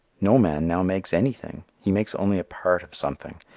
no man now makes anything. he makes only a part of something,